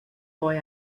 boy